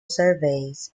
surveys